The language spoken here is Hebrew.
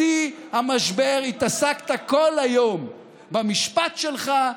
בשיא המשבר התעסקת כל היום במשפט שלך,